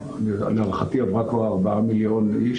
להערכתי עברה כבר 4 מיליון איש,